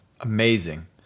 Amazing